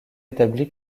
établie